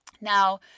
Now